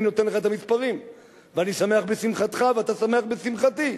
אני נותן לך את המספרים ואני שמח בשמחתך ואתה שמח בשמחתי,